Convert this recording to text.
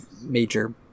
major